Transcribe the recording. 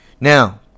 Now